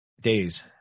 days